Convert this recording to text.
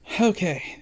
Okay